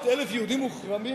700,000 יהודים מוחרמים,